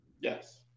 Yes